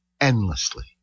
endlessly